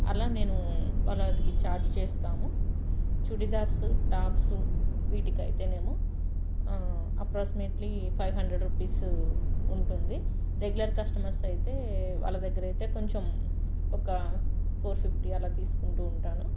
అలా నేను వాళ్ళకి ఛార్జ్ చేస్తాము చుడిదార్సు టాప్స్ వీటికి అయితే ఏమో అప్రాక్సిమేట్లీ ఫైవ్ హండ్రెడ్ రూపీస్ ఉంటుంది రెగ్యులర్ కస్టమర్స్ అయితే వాళ్ళ దగ్గర అయితే కొంచెం ఒక ఫోర్ ఫిఫ్టీ అలా తీసుకుంటు ఉంటాను